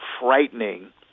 frightening